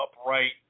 upright